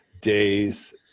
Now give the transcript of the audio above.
days